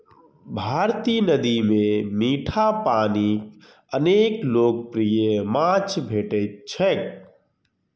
भारतीय नदी मे मीठा पानिक अनेक लोकप्रिय माछ भेटैत छैक